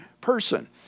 person